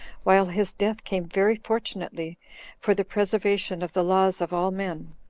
while his death came very fortunately for the preservation of the laws of all men,